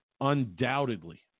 undoubtedly